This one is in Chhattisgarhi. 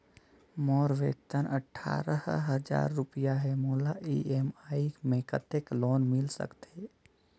मोर वेतन अट्ठारह हजार रुपिया हे मोला ई.एम.आई मे कतेक लोन मिल सकथे?